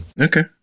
Okay